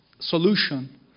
solution